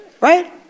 Right